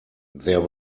there